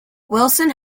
wilson